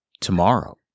tomorrow